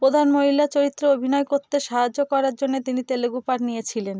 প্রধান মহিলা চরিত্রে অভিনয় করতে সাহায্য করার জন্যে তিনি তেলেগু পাঠ নিয়েছিলেন